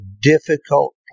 difficult